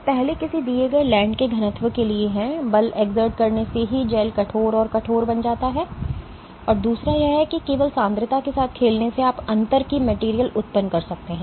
तो पहले किसी दिए गए लिगैंड के घनत्व के लिए है बल exert करने से ही जैल कठोर और कठोर बन जाता है और दूसरा यह है कि केवल सांद्रता के साथ खेलने से आप अंतर की मटेरियल उत्पन्न कर सकते हैं